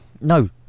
No